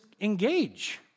engage